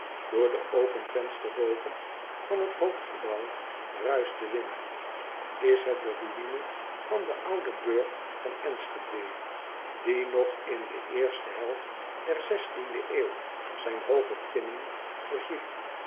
oor de open vensterboogen van het hoofdgebouw ruischt de wind s het de ruïne van den ouden burgt van nschede die nog in de eerste helft der de eeuw zijn hooge tinnen verhief